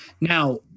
Now